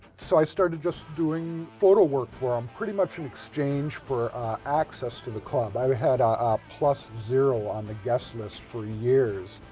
so i started just doing photo work for em, pretty much in exchange for access to the club. i'd had a ah plus zero on the guest list for years.